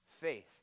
faith